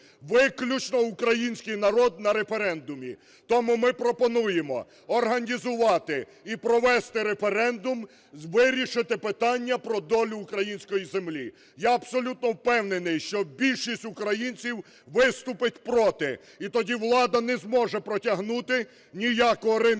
включно український народ на референдумі. Тому ми пропонуємо організувати і провести референдум, вирішити питання про долю української землі. Я абсолютно впевнений, що більшість українців виступить проти. І тоді влада не зможе протягнути ніякого ринку